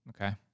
Okay